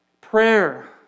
prayer